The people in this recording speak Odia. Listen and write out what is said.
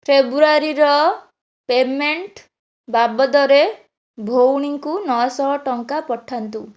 ଫେବୃଆରୀର ପେମେଣ୍ଟ ବାବଦରେ ଭଉଣୀଙ୍କୁ ନଅଶହ ଟଙ୍କା ପଠାନ୍ତୁ